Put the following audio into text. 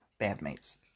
bandmates